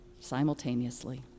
simultaneously